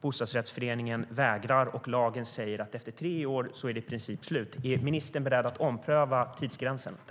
Bostadsrättsföreningen vägrar nämligen, och lagen säger att det i princip är slut efter tre år. Är ministern beredd att ompröva tidsgränsen?